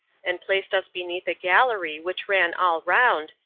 and placed us beneath a gallery which ran all round,